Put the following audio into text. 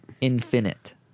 infinite